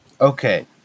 Okay